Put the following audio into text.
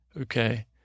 okay